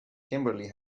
kimberly